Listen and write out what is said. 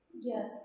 Yes